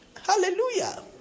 Hallelujah